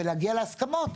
ולהגיע להסכמות.